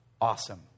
Awesome